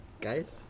Guys